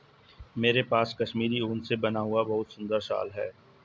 मेरे पास कश्मीरी ऊन से बना हुआ बहुत सुंदर शॉल है